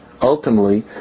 ultimately